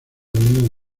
unión